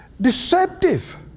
deceptive